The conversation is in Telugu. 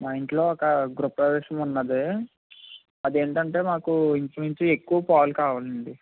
మా ఇంట్లో ఒక గృహప్రవేశం ఉన్నాది అదేంటంటే మాకు ఇంచుమించు ఎక్కువ పాలు కావాలండి